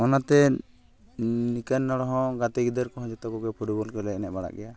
ᱚᱱᱟᱛᱮ ᱱᱤᱠᱟᱹᱱ ᱦᱚᱲ ᱦᱚᱸ ᱜᱟᱛᱮ ᱜᱤᱫᱟᱹᱨ ᱠᱚᱦᱚᱸ ᱡᱚᱛᱚ ᱠᱚᱜᱮ ᱯᱷᱩᱴᱵᱚᱞ ᱠᱚᱞᱮ ᱮᱱᱮᱡ ᱵᱟᱲᱟᱜ ᱜᱮᱭᱟ